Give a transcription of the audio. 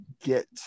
get